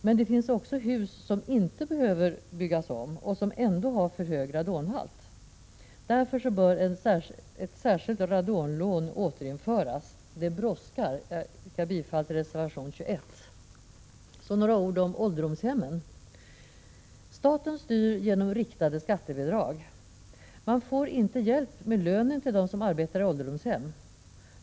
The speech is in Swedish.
Men det finns också hus som inte behöver byggas om och som ändå har för hög radonhalt. Därför bör ett särskilt radonlån återinföras. Och det brådskar! Jag yrkar bifall till reservation 21. Så några ord om ålderdomshem. Staten styr genom riktade skattebidrag. Man får inte hjälp med lönen till dem som arbetar i ålderdomshem.